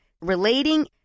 relating